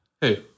Hey